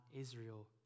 Israel